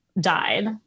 Died